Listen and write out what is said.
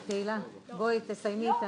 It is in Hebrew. --- תהילה, בואי תסיימי איתנו.